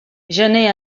gener